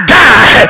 die